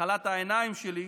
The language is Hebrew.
מחלת העיניים שלי,